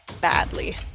badly